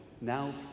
now